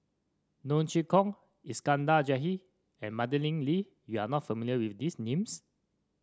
Neo Chwee Kok Iskandar Jalil and Madeleine Lee you are not familiar with these names